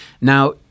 Now